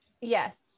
Yes